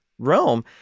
Rome